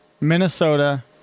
Minnesota